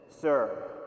sir